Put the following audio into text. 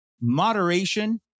moderation